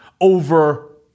over